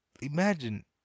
imagine